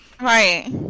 right